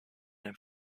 and